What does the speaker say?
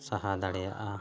ᱥᱟᱦᱟ ᱫᱟᱲᱮᱭᱟᱜᱼᱟ